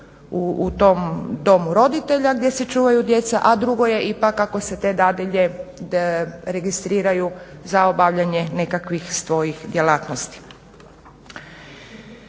u tom domu roditelja gdje se čuvaju djeca a drugo je ipak ako se te dadilje registriraju za obavljanje nekakvih svojih djelatnosti.